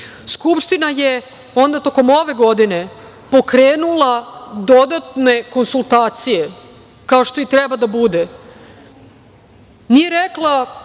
Ustava. Skupština je onda tokom ove godine pokrenula dodatne konsultacije, kao što i treba da bude, nije rekla,